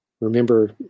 remember